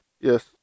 Yes